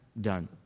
done